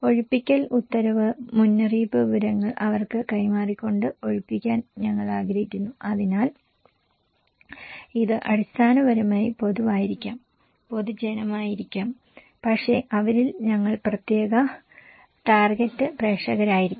ഒഴിപ്പിക്കൽ ഉത്തരവ് മുന്നറിയിപ്പ് വിവരങ്ങൾ അവർക്ക് കൈമാറിക്കൊണ്ട് ഒഴിപ്പിക്കാൻ ഞങ്ങൾ ആഗ്രഹിക്കുന്നു അതിനാൽ ഇത് അടിസ്ഥാനപരമായി പൊതുവായിരിക്കാം പൊതുജനമായിരിക്കാം പക്ഷേ അവരിൽ ഞങ്ങൾ പ്രത്യേക ടാർഗെറ്റ് പ്രേക്ഷകരായിരിക്കാം